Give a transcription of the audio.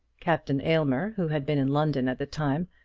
captain aylmer, who had been in london at the time,